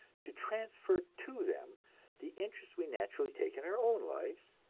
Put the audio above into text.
to transfer to them the interest we naturally take in our own lives,